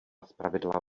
zpravidla